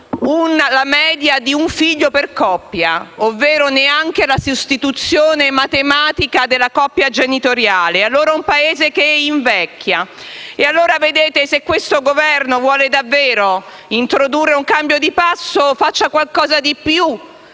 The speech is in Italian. la media di un figlio per coppia ovvero neanche la sostituzione matematica della coppia genitoriale. È un Paese che invecchia: se questo Governo vuole davvero introdurre un cambio di passo, faccia qualcosa di più